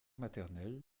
maternelle